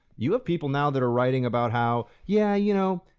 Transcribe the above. you have people now that are writing about how yeah, you know,